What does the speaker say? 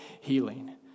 healing